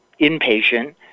inpatient